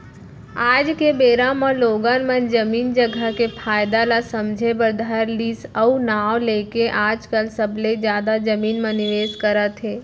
आज के बेरा म लोगन मन जमीन जघा के फायदा ल समझे बर धर लिस उहीं नांव लेके आजकल सबले जादा जमीन म निवेस करत हे